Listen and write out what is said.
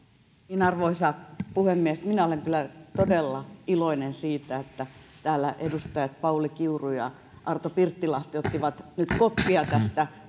arvoisa puhemies minä olen kyllä todella iloinen siitä että täällä edustajat pauli kiuru ja arto pirttilahti ottivat nyt koppia tästä